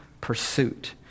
pursuit